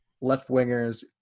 left-wingers